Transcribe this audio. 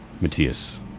Matthias